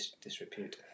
disrepute